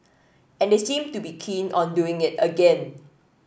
and they seem to be keen on doing it again